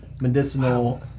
medicinal